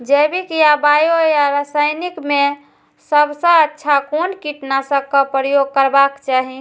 जैविक या बायो या रासायनिक में सबसँ अच्छा कोन कीटनाशक क प्रयोग करबाक चाही?